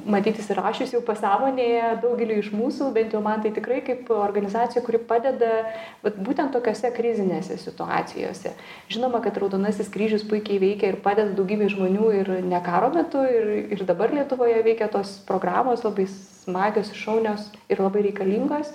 matyt įsirašius jau pasąmonėje daugeliui iš mūsų bent jau man tai tikrai kaip organizacija kuri padeda vat būtent tokiose krizinėse situacijose žinoma kad raudonasis kryžius puikiai veikia ir padeda daugybei žmonių ir ne karo metu ir ir dabar lietuvoje veikia tos programos labai smagios i šaunios ir labai reikalingos